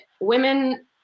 women